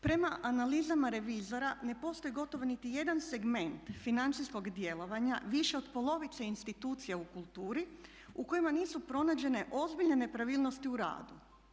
Prema analizama revizora ne postoji gotovo nitijedan segment financijskog djelovanja više od polovice institucija u kulturi u kojima nisu pronađene ozbiljne nepravilnosti u radu.